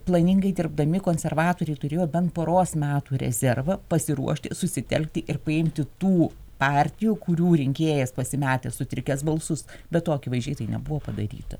planingai dirbdami konservatoriai turėjo bent poros metų rezervą pasiruošti susitelkti ir paimti tų partijų kurių rinkėjas pasimetęs sutrikęs balsus bet to akivaizdžiai tai nebuvo padaryta